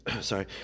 Sorry